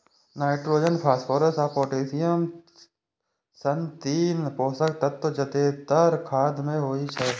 nitrogen, phosphorus आ potassium सन तीन पोषक तत्व जादेतर खाद मे होइ छै